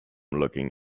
looking